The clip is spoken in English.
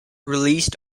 released